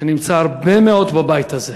שנמצא הרבה מאוד בבית הזה: